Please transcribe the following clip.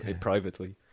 privately